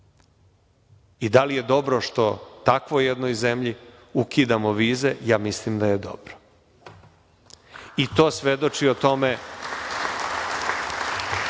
Da li je dobro što u takvoj jednoj zemlji ukidamo vize, ja mislim da je dobro, i to svedoči o tome